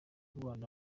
rwanda